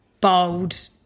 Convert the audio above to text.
bold